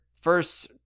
first